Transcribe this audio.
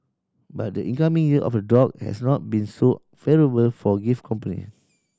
but the incoming Year of the Dog has not been so favourable for gift company